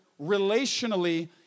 relationally